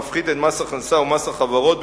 המפחית את מס הכנסה ומס החברות,